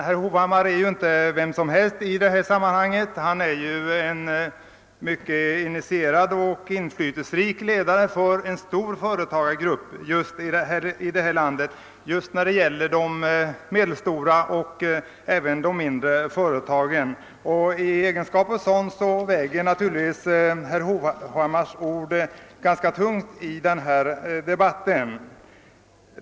Herr Hovhammar är ju inte vem som helst i detta sammanhang; han är en mycket initierad och inflytelserik ledare för en grupp medelstora och mindre företag här i landet. I den egenskapen väger naturligtvis hans ord i debatten ganska tungt.